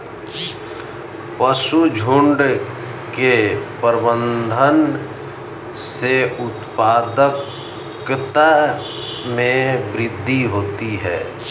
पशुझुण्ड के प्रबंधन से उत्पादकता में वृद्धि होती है